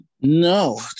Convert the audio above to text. No